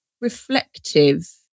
reflective